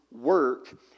work